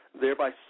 thereby